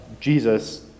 Jesus